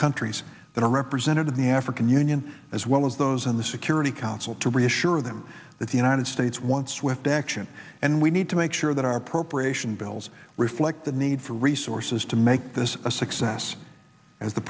countries that are represented in the african union as well as those on the security council to reassure them that the united states wants with action and we need to make sure that are appropriate and bills reflect the need for resources to make this a success as the